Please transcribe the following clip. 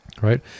right